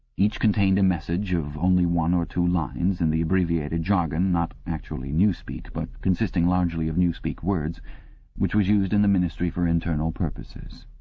each contained a message of only one or two lines, in the abbreviated jargon not actually newspeak, but consisting largely of newspeak words which was used in the ministry for internal purposes.